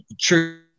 true